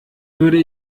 würde